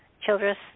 Childress